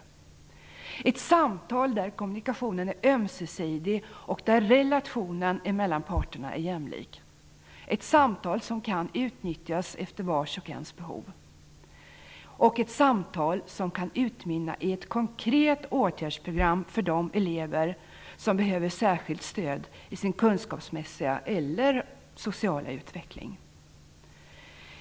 Det är alltså fråga om ett samtal där kommunikationen är ömsesidig och där relationen mellan parterna är jämlik, ett samtal som kan utnyttjas efter vars och ens behov och ett samtal som kan utmynna i ett konkret åtgärdsprogram för de elever som behöver särskilt stöd i sin kunskapsmässiga eller sociala utveckling.